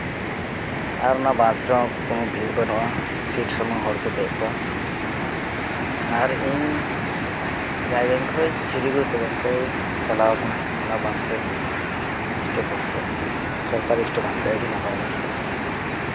ᱟᱨ ᱚᱱᱟ ᱵᱟᱥ ᱨᱮᱦᱚᱸ ᱠᱳᱱᱳ ᱵᱷᱤᱲ ᱵᱟᱹᱱᱩᱜᱼᱟ ᱥᱤᱴ ᱥᱩᱢᱩᱝ ᱦᱚᱲ ᱠᱚ ᱫᱮᱡ ᱠᱚᱜᱼᱟ ᱟᱨ ᱤᱧ ᱠᱷᱚᱡ ᱥᱤᱞᱤᱜᱩᱲᱤ ᱯᱨᱚᱡᱚᱱᱛᱚᱧ ᱪᱟᱞᱟᱣ ᱠᱟᱱᱟ ᱚᱱᱟ ᱵᱟᱥᱛᱮ ᱥᱴᱮᱴ ᱵᱟᱥᱛᱮ ᱥᱚᱨᱠᱟᱨᱤ ᱥᱴᱮᱴ ᱵᱟᱥᱛᱮ ᱟᱹᱰᱤ ᱱᱟᱯᱟᱭ ᱵᱟᱥ ᱠᱟᱱᱟ